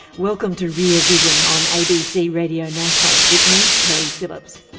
welcome to rear vision on abc radio national with me, keri phillips.